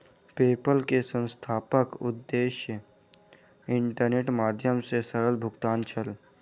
PayPal के संस्थापकक उद्देश्य इंटरनेटक माध्यम सॅ सरल भुगतान छल